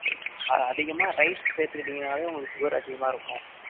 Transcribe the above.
அதிகமாக ரைஸ் சேர்த்துக்கிட்டிங்னாலே உங்களுக்கு ஷுகர் அதிகமாக இருக்கும்